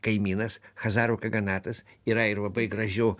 kaimynas chazarų kaganatas yra ir labai gražių